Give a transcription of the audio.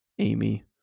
Amy